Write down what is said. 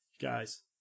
Guys